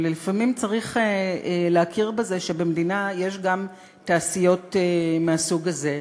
ולפעמים צריך להכיר בזה שבמדינה יש גם תעשיות מהסוג הזה,